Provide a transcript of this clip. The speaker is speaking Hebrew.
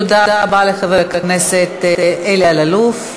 תודה לחבר הכנסת אלי אלאלוף.